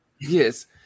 Yes